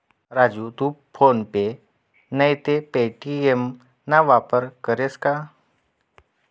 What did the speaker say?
राजू तू फोन पे नैते पे.टी.एम ना वापर करस का?